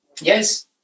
Yes